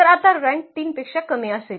तर आता रँक 3 पेक्षा कमी असेल